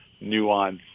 nuance